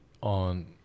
on